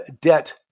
debt